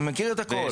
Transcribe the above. אני מכיר את הכל.